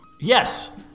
Yes